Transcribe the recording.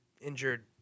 injured